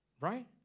Right